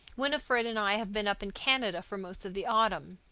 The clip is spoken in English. winifred and i have been up in canada for most of the autumn.